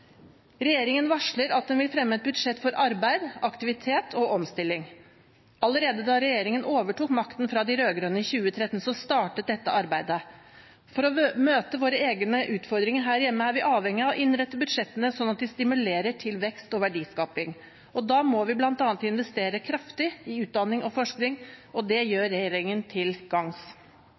Regjeringen varsler at den vil fremme et budsjett for arbeid, aktivitet og omstilling. Allerede da regjeringen overtok makten fra de rød-grønne i 2013, startet dette arbeidet. For å møte våre egne utfordringer her hjemme er vi avhengige av å innrette budsjettene slik at de stimulerer til vekst og verdiskaping. Da må vi bl.a. investere kraftig i utdanning og forskning, og det